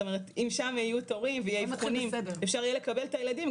אם שם יהיו תורים ויהיו אבחונים ואפשר יהיה לקבל את הילדים,